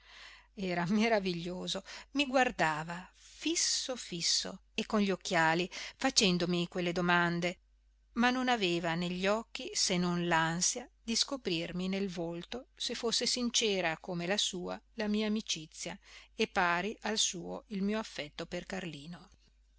era maraviglioso i guardava fisso fisso e con gli occhiali facendomi quelle domande ma non aveva negli occhi se non l'ansia di scoprirmi nel volto se fosse sincera come la sua la mia amicizia e pari al suo il mio affetto per carlino